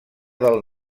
del